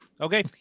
Okay